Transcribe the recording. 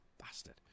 Bastard